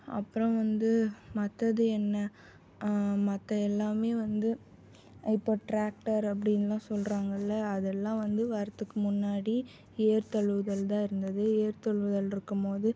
அப்பறம் வந்து மற்றது என்ன மற்ற எல்லாம் வந்து இப்போது ட்ராக்டர் அப்டின்னுலாம் சொல்கிறாங்கள்ல அதெல்லாம் வந்து வர்றதுக்கு முன்னாடி ஏறு தழுவுதல் தான் இருந்தது ஏறு தழுவுதல் இருக்கும்போது